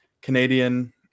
Canadian